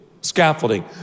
Scaffolding